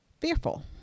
fearful